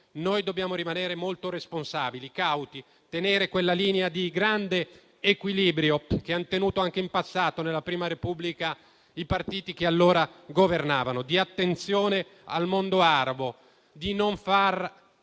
noi dobbiamo rimanere molto responsabili e cauti, tenere quella linea di grande equilibrio che hanno tenuto anche in passato nella prima Repubblica, i partiti che allora governavano, di attenzione al mondo arabo, di non far